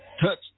touch